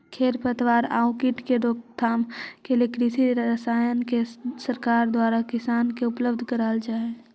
खेर पतवार आउ कीट के रोकथाम के लिए कृषि रसायन के सरकार द्वारा किसान के उपलब्ध करवल जा हई